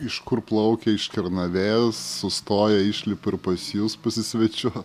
iš kur plaukia iš kernavės sustoja išlipa ir pas jus pasisvečiuot